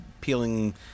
peeling